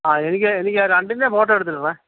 ആ എനിക്ക് എനിക്ക് ആ രണ്ടിന്റെയും ഫോട്ടോ എടുത്തിടണം